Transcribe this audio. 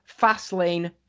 Fastlane